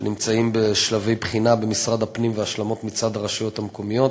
דברים שנמצאים בשלבי בחינה במשרד הפנים והשלמות מצד הרשויות המקומיות: